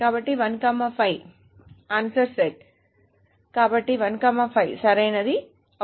కాబట్టి 1 5 answer set కాబట్టి 1 5 సరైనది అవుతుంది